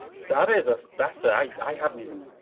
that is a fascin, i haven't even,